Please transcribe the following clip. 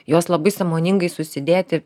juos labai sąmoningai susidėti